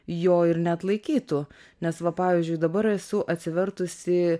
jo ir neatlaikytų nes va pavyzdžiui dabar esu atsivertusi